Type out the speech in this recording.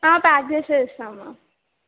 pack చేసే ఇస్తాం ma'am